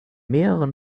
mehreren